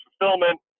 fulfillment